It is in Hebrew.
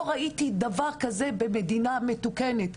אני עוד לא ראיתי דבר כזה במדינה מתוקנת,